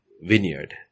vineyard